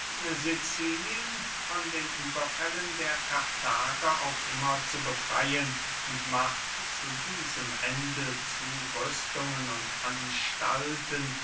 sicilien von den überfällen der karthager auf immer zu befreyen und macht zu diesem ende zurüstungen und anstalten